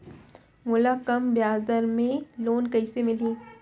मोला कम ब्याजदर में लोन कइसे मिलही?